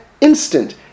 instant